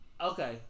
okay